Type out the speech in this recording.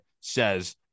says